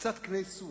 קצת קני סוף.